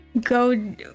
go